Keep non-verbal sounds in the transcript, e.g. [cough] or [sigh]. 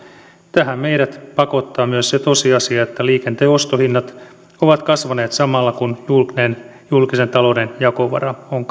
tähän meidät pakottaa myös se tosiasia että liikenteen ostohinnat ovat kasvaneet samalla kun julkisen talouden jakovara on [unintelligible]